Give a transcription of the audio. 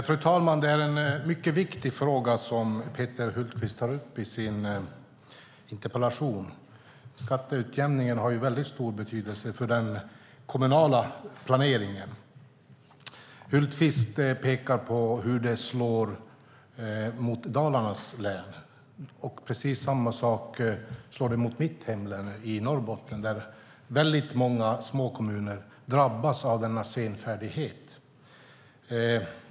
Fru talman! Det är en mycket viktig fråga som Peter Hultqvist tar upp i sin interpellation. Skatteutjämningen har ju väldigt stor betydelse för den kommunala planeringen. Hultqvist pekar på hur skatteutjämningssystemet slår i Dalarnas län, och det slår precis likadant i mitt hemlän Norrbotten, där väldigt många små kommuner drabbas av denna senfärdighet.